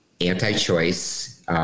anti-choice